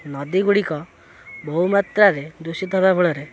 ନଦୀ ଗୁଡ଼ିକ ବହୁମାତ୍ରାରେ ଦୂଷିତ ହେବା ଫଳରେ